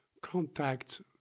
contact